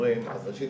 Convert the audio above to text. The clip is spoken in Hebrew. וכן הלאה,